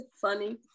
Funny